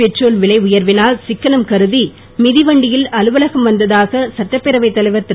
petrol விலை உயர்வினால் சிக்கனம் கருதி மிதி வண்டியில் அலுவலகம் வந்ததாக சட்டப்பேரவைத் தலைவர் திரு